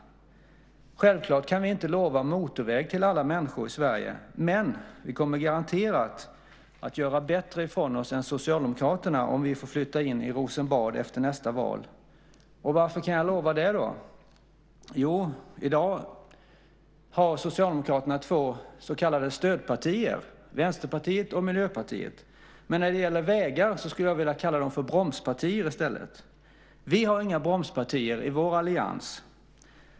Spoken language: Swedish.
Självklart kan vi inte lova motorväg till alla människor i Sverige, men vi garanterar att vi kommer att göra bättre ifrån oss än Socialdemokraterna om vi får flytta in i Rosenbad efter nästa val. Och varför kan jag lova det? Jo, i dag har Socialdemokraterna två så kallade stödpartier, Vänsterpartiet och Miljöpartiet, men när det gäller vägar skulle jag vilja kalla dem för bromspartier i stället. Vi har inga bromspartier i vår allians.